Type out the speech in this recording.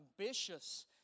ambitious